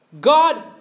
God